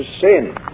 sin